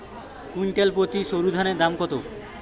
Quintal প্রতি সরুধানের দাম কত?